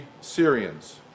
Syrians